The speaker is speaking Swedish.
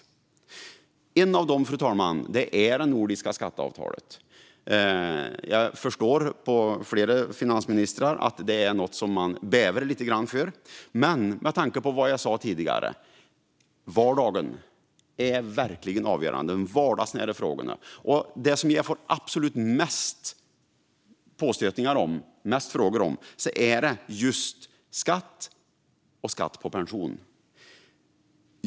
Det handlar bland annat om det nordiska skatteavtalet. Jag har förstått av flera finansministrar att det är något de bävar för. Men de vardagsnära frågorna är avgörande, och det vi hör mest om är just skatt på arbete och pension.